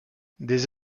des